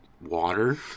water